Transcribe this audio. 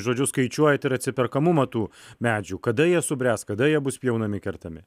žodžiu skaičiuojant ir atsiperkamumą tų medžių kada jie subręs kada jie bus pjaunami kertami